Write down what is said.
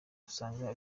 dusanga